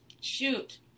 Shoot